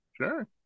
Sure